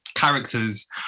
Characters